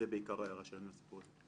זאת בעיקר ההערה שלנו.